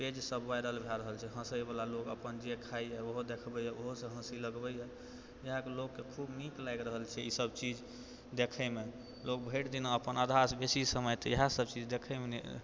page सब viral भए रहल छै हँसैवला लोक अपन जे खाइए ओहो देखबैय ओहोसँ हँसी लगबैय आइके लोकके खूब नीक लागि रहल छै ई सब चीज देखैमे लोक भरि दिन अपन आधासँ बेसी समय तऽ इएहे सब चीज देखैमे